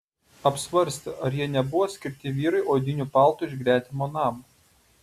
apsvarstė ar jie nebuvo skirti vyrui odiniu paltu iš gretimo namo